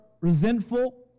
resentful